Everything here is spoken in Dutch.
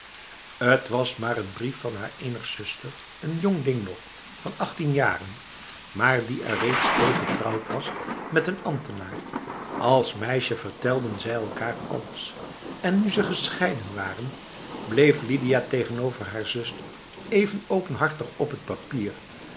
het was maar n brief van haar enige zuster n jong ding nog van achttien jaren maar die er reeds twee getrouwd was met een ambtenaar als meisje vertelden zij elkaar alles en nu ze gescheiden waren bleef lidia tegenover haar zuster even openhartig op het papier